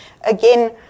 again